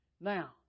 Now